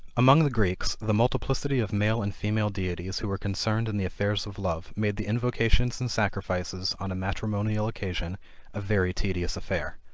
among the greeks, the multiplicity of male and female deities who were concerned in the affairs of love, made the invocations and sacrifices on a matrimonial occasion a very tedious affair.